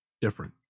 different